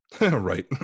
Right